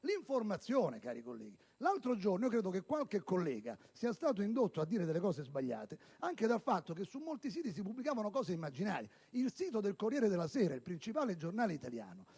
L'informazione, cari colleghi! L'altro giorno credo che qualche collega sia stato indotto a fare affermazioni sbagliate anche dal fatto che su molti siti si pubblicavano cose immaginarie. Il sito del «Corriere della Sera», il principale quotidiano italiano,